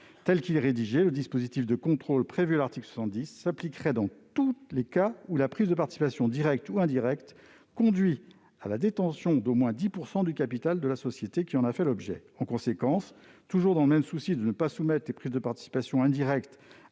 Tel qu'il est rédigé, le dispositif de contrôle prévu à l'article 70 s'appliquerait dans tous les cas où la prise de participation, directe ou indirecte, conduit à la détention d'au moins 10 % du capital de la société qui en a fait l'objet. En conséquence, toujours dans le même souci de ne pas soumettre des prises de participation indirectes